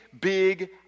big